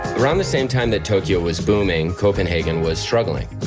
around the same time that tokyo was booming, copenhagen was struggling.